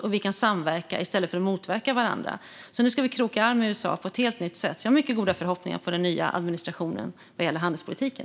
Vi ska samverka med varandra i stället för att motverka varandra, så nu krokar vi arm med USA på ett helt nytt sätt. Jag har stora förhoppningar på den nya administrationen vad gäller handelspolitiken.